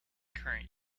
current